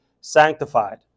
sanctified